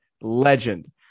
legend